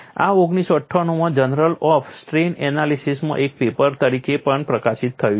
આ 1998 માં journal of strain એનાલિસિસમાં એક પેપર તરીકે પણ પ્રકાશિત થયું છે